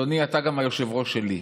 אדוני, אתה גם היושב-ראש שלי.